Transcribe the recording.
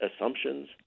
assumptions